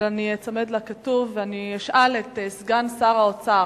אבל אני אצמד לכתוב ואשאל את סגן שר האוצר.